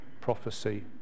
prophecy